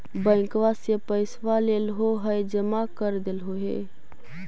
बैंकवा से पैसवा लेलहो है जमा कर देलहो हे?